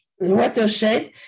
watershed